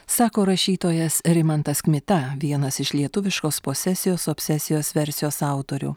sako rašytojas rimantas kmita vienas iš lietuviškos posesijos obsesijos versijos autorių